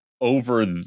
over